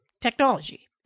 technology